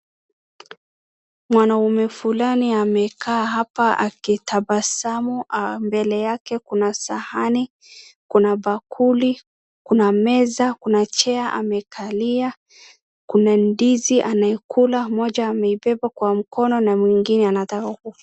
mwanaume fulani amekaa hapa akitabasamu mbele yake kuna sahani, kuna bakuli, kuna meza, kuna chair amekalia kuna ndizi anayokula moja amiebeba kwa mkono na ingine anataka kula